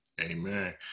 amen